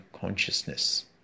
consciousness